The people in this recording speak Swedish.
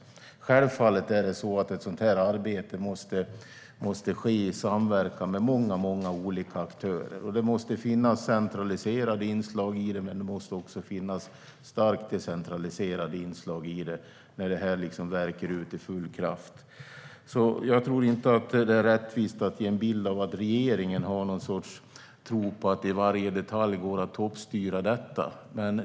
Självfallet måste ett sådant arbete ske i samverkan med många olika aktörer. Det måste finnas centraliserade inslag i det, men det måste också finnas starkt decentraliserade inslag när det så att säga värker ut i full kraft. Jag tycker inte att det är rättvist att ge en bild av att regeringen har någon sorts tro på att det i varje detalj går att toppstyra det.